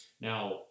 Now